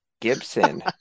Gibson